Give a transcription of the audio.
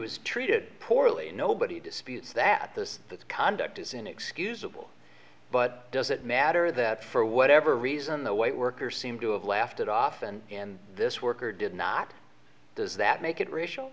was treated poorly nobody disputes that this conduct is inexcusable but does it matter that for whatever reason the white worker seemed to have laughed it off and and this worker did not does that make it racial